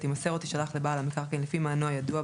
תימסר או תישלח לבעל המקרקעין לפי מענו הידוע,